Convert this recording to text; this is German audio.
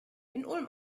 ulm